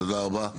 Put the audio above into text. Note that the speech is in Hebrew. תודה רבה.